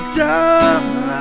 done